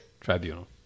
tribunal